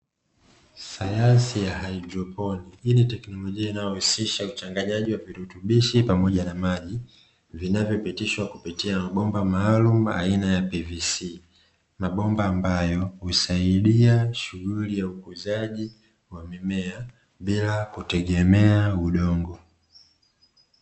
Sayansi ya haidroponi hii ni teknolojia inayohusisha uchanganyaji wa virutubishi pamoja na maji vinavyopitishwa katika mabomba maalumu aina ya PVC, mabomba ambayo husaidia shughuli ya ukuzaji wa mimea bila kutegemea udongo.